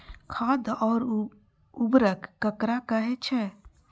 खाद और उर्वरक ककरा कहे छः?